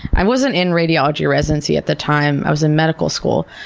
i wasn't in radiology residency at the time i was in medical school,